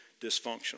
dysfunctional